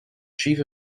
chief